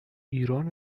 ایران